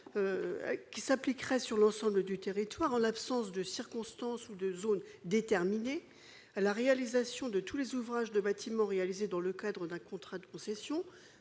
s'applique sur l'ensemble du territoire en l'absence de circonstances ou de zones déterminées à la réalisation de tous les ouvrages de bâtiments réalisés dans le cadre d'un contrat de concession